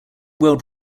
world